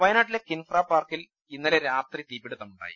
വയനാട്ടിലെ കിൻഫ്രാ പാർക്കിൽ ഇന്നലെ രാത്രി തീ പിടുത്തമുണ്ടായി